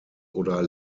oder